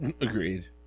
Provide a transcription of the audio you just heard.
Agreed